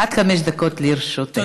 חמש דקות לרשותך.